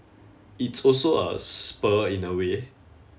it's also a spur in a way